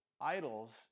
Idols